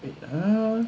uh